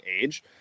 age